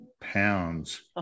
pounds